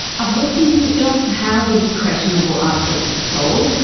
i've looked into just how these questionable artworks are sold,